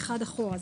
אחד אחורה.